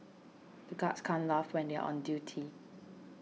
the guards can't laugh when they are on duty